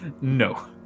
No